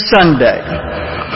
Sunday